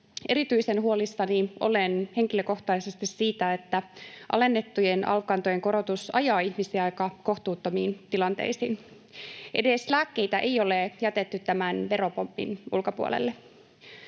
erityisen huolissani olen henkilökohtaisesti siitä, että alennettujen alv-kantojen korotus ajaa ihmisiä aika kohtuuttomiin tilanteisiin. Edes lääkkeitä ei ole jätetty tämän veropommin ulkopuolelle.